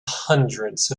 hundreds